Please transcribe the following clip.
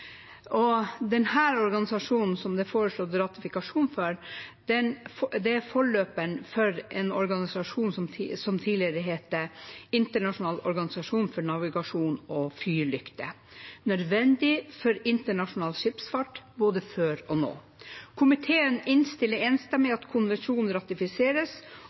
organisasjonen som det er foreslått å ratifisere konvensjonen om, er forløperen for en organisasjon som tidligere het internasjonal organisasjon for navigasjon og fyrlykter – nødvendig for internasjonal skipsfart både før og nå. Komiteen innstiller enstemmig på at konvensjonen